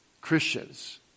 Christians